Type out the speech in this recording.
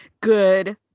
Good